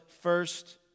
first